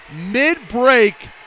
mid-break